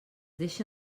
deixa